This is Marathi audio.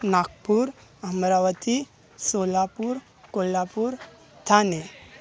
नागपूर अमरावती सोलापूर कोल्हापूर ठाणे